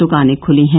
दुकानें खती हैं